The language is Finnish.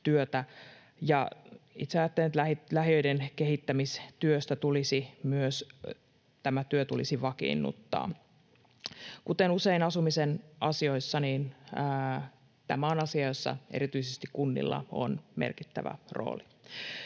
Itse ajattelen, että lähiöiden kehittämistyö tulisi myös vakiinnuttaa. Kuten usein asumisen asioissa, tämä on asia, jossa erityisesti kunnilla on merkittävä rooli.